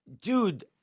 Dude